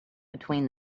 between